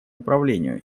управлению